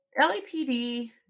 LAPD